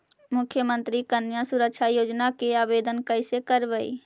मुख्यमंत्री कन्या सुरक्षा योजना के आवेदन कैसे करबइ?